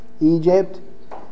Egypt